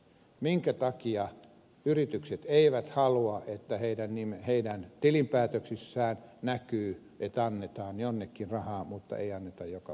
minkä takia yritykset eivät halua että niiden tilinpäätöksissä näkyy että annetaan jonnekin rahaa mutta ei anneta joka paikkaan